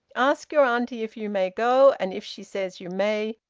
ask your auntie if you may go, and if she says you may,